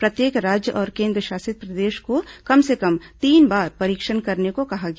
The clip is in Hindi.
प्रत्येक राज्य और केन्द्रशासित प्रदेश को कम से कम तीन बार परीक्षण करने को कहा गया